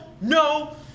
no